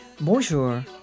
Bonjour